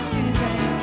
Tuesday